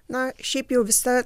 na šiaip jau visa